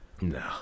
no